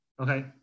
Okay